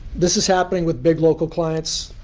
this is happening with big local clients